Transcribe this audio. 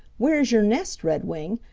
where is your nest, redwing?